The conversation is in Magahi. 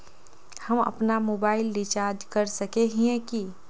हम अपना मोबाईल रिचार्ज कर सकय हिये की?